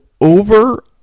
over